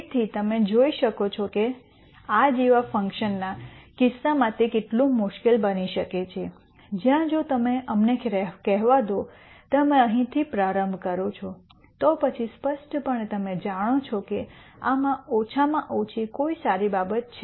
તેથી તમે જોઈ શકો છો કે આ જેવા ફંકશનના કિસ્સામાં તે કેટલું મુશ્કેલ બની શકે છે જ્યાં જો તમે અમને કહેવા દો તમે અહીંથી પ્રારંભ કરો છો તો પછી સ્પષ્ટપણે તમે જાણો છો કે આમાં ઓછામાં ઓછી કોઈ સારી બાબત છે